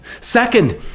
Second